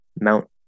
mount